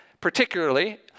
particularly